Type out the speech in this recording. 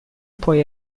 poi